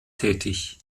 tätig